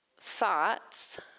thoughts